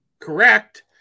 correct